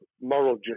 moral